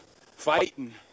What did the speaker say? fighting